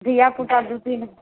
धियापुता दू तीन